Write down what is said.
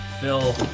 Phil